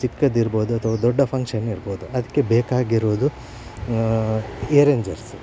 ಚಿಕ್ಕದು ಇರ್ಬೋದು ಅಥವಾ ದೊಡ್ಡ ಫಂಕ್ಷನ್ ಇರ್ಬೋದು ಅದಕ್ಕೆ ಬೇಕಾಗಿರುವುದು ಎರೇಂಜರ್ಸ್